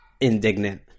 indignant